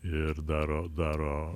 ir daro daro